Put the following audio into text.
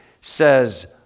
says